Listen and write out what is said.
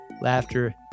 laughter